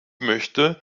möchte